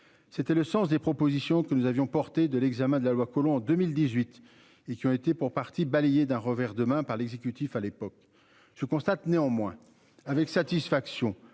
C'était le sens des propositions que nous avions portée de l'examen de la loi Collomb en 2018 et qui ont été pour partie balayé d'un revers de main par l'exécutif, à l'époque je constate néanmoins avec satisfaction